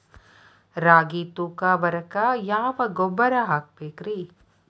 ರಾಗಿ ತೂಕ ಬರಕ್ಕ ಯಾವ ಗೊಬ್ಬರ ಹಾಕಬೇಕ್ರಿ?